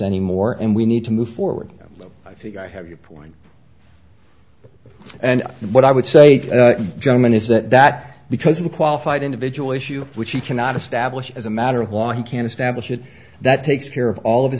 anymore and we need to move forward i think i have your point and what i would say gentlemen is that that because a qualified individual issue which he cannot establish as a matter of law he can establish it that takes care of all of